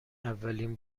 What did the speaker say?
اولین